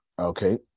Okay